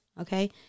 okay